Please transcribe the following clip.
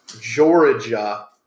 Georgia